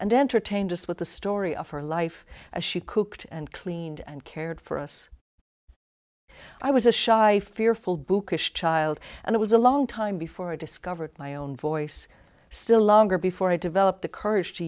and entertained us with the story of her life as she cooked and cleaned and cared for us i was a shy fearful bookish child and it was a long time before i discovered my own voice still longer before i developed the courage to